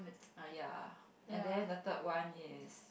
err ya and then the third one is